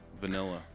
vanilla